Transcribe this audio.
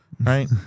right